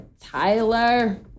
Tyler